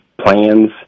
plans